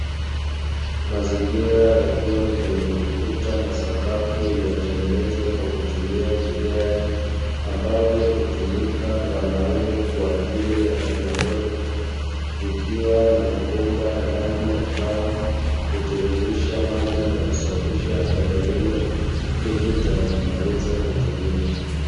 Mazingira ya vyoo vyenye ukuta na sakafu iliyotengenezwa kwa kutumia vigae, ambavyo hutumika na wanaume kwaajili ya haja ndogo. Vikiwa na mabomba ya maji ambayo hutiririsha maji na kusafisha eneo hilo pindi utakapo maliza kutumia.